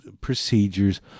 procedures